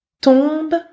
tombe